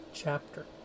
chapter